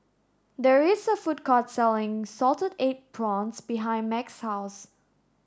there is a food court selling salted egg prawns behind Max's house